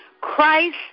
Christ